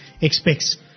expects